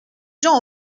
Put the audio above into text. gens